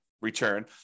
return